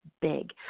big